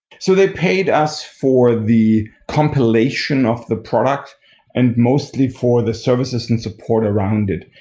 so they paid us for the compilation of the product and mostly for the services and support around it.